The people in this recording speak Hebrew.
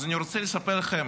אז אני רוצה לספר לכם